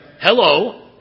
Hello